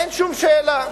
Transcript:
אין שום שאלה.